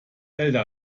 älter